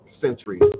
centuries